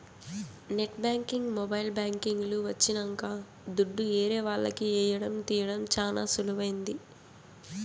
net banking mobile banking లు వచ్చినంక దుడ్డు ఏరే వాళ్లకి ఏయడం తీయడం చానా సులువైంది